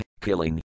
killing